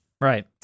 right